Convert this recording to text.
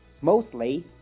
mostly